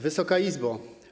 Wysoka Izbo!